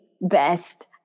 best